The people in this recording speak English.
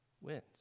wins